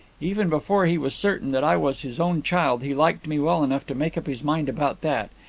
even before he was certain that i was his own child, he liked me well enough to make up his mind about that.